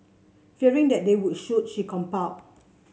fearing that they would shoot she complied